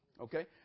Okay